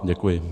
Děkuji.